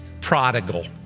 prodigal